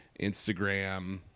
Instagram